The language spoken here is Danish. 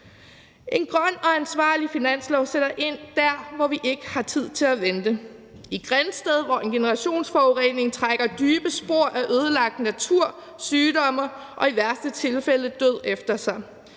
En grøn og ansvarlig finanslov sætter ind der, hvor vi ikke har tid til at vente: I Grindsted, hvor en generationsforurening trækker dybe spor af ødelagt natur, sygdomme og i værste tilfælde død efter sig;